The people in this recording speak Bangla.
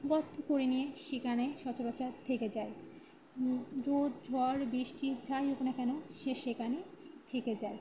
গর্ত করে নিয়ে সেখানে সচরাচর থেকে যায় যা ঝড় বৃষ্টি যাই হোক না কেন সে সেখানে থেকে যায়